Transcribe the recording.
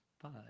five